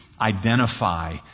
identify